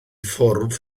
ffwrdd